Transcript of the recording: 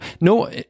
No